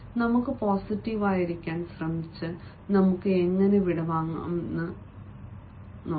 നമുക്ക് പോസിറ്റീവായിരിക്കാൻ ശ്രമിച്ച് നമുക്ക് എങ്ങനെ വിടവാങ്ങാമെന്ന് നോക്കാം